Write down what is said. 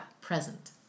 Present